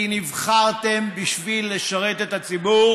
כי נבחרתם בשביל לשרת את הציבור